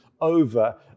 over